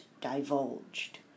divulged